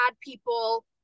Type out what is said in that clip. people